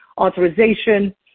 authorization